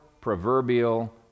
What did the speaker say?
proverbial